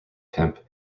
pimp